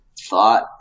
thought